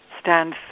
stand